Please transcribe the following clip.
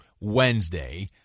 Wednesday